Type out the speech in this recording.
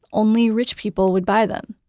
only rich people would buy them.